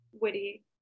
witty